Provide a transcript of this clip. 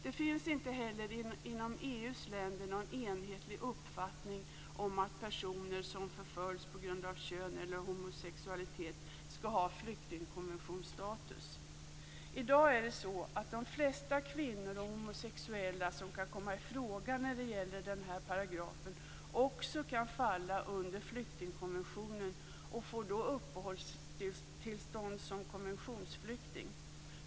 Det finns inte heller inom EU:s länder någon enhetlig uppfattning om att personer som förföljs på grund av kön eller homosexualitet skall ha flyktingkonventionsstatus. I dag är det så att de flesta kvinnor och homosexuella som kan komma i fråga när det gäller den här paragrafen också kan falla under flyktingkonventionen och får då uppehållstillstånd som konventionsflykting.